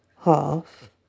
Half